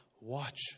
watch